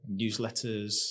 newsletters